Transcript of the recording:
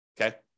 Okay